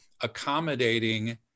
accommodating